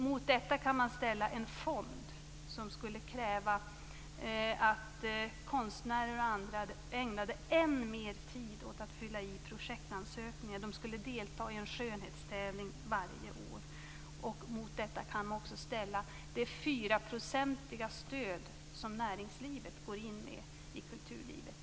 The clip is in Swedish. Mot detta kan man ställa en fond som skulle kräva att konstnärer och andra ägnade än mer tid åt att fylla i projektansökningar. De skulle delta i en skönhetstävling varje år. Mot detta kan man också ställa det stöd på 4 % som näringslivet går in med i kulturlivet.